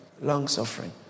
Long-suffering